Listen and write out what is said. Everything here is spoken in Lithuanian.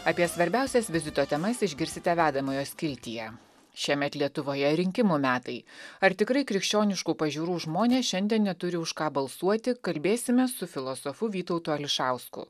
apie svarbiausias vizito temas išgirsite vedamojo skiltyje šiemet lietuvoje rinkimų metai ar tikrai krikščioniškų pažiūrų žmonės šiandien neturi už ką balsuoti kalbėsime su filosofu vytautu ališausku